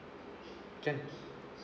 can